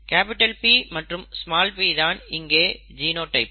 P மற்றும் p தான் இங்கே ஜெனோடைப்